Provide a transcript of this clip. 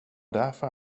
därför